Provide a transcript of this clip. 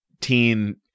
teen